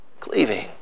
cleaving